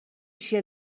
چیه